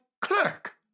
clerk